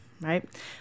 right